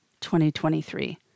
2023